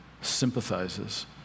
sympathizes